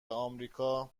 آمریکا